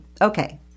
Okay